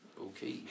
Okay